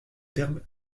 terme